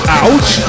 ouch